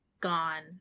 gone